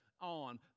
on